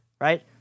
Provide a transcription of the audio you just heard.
right